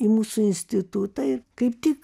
į mūsų institutą ir kaip tik